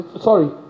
Sorry